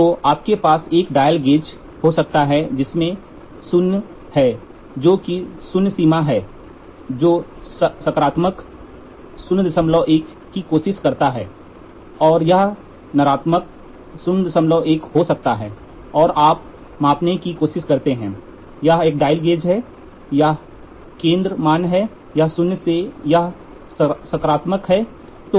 तो आपके पास एक डायल गेज हो सकता है जिसमें 0 है जो कि 0 सीमा है जो सकारात्मक 01 की कोशिश करता है और यह नकारात्मक 01 हो सकता है और आप मापने की कोशिश करते हैं यह एक डायल गेज है यह केंद्र मान है यह शून्य से यह सकारात्मक है